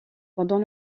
pendant